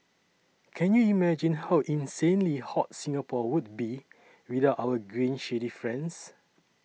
can you imagine how insanely hot Singapore would be without our green shady friends